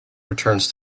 returns